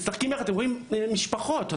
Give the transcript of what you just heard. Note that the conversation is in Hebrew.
אתם רואים משפחות,